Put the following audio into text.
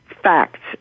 Facts